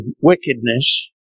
wickedness